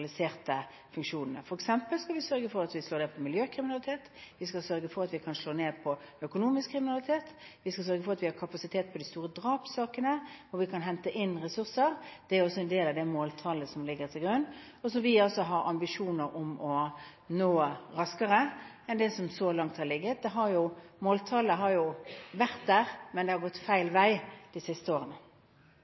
funksjonene – f.eks. skal vi sørge for at vi slår ned på miljøkriminalitet, vi skal sørge for at vi kan slå ned på økonomisk kriminalitet, vi skal sørge for at vi har kapasitet på de store drapssakene – hvor vi kan hente inn ressurser. Det er også en del av det måltallet som ligger til grunn, og som vi altså har ambisjoner om å nå raskere enn det som så langt har vært tilfellet. Måltallet har jo vært der, men det har gått feil vei de siste årene.